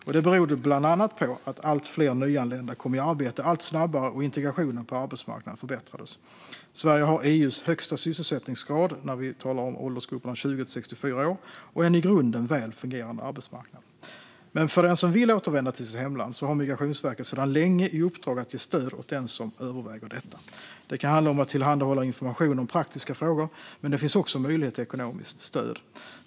Detta berodde bland annat på att allt fler nyanlända kom i arbete allt snabbare och integrationen på arbetsmarknaden förbättrades. Sverige har EU:s högsta sysselsättningsgrad i åldersgruppen 20-64 år och en i grunden väl fungerande arbetsmarknad. Migrationsverket har sedan länge i uppdrag att ge stöd åt den som överväger att återvända till sitt hemland. Det kan handla om att tillhandahålla information om praktiska frågor, men det finns också möjlighet till ekonomiskt stöd.